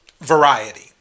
variety